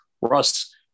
Russ